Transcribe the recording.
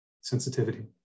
Sensitivity